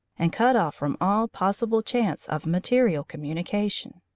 and cut off from all possible chance of material communication.